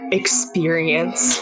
experience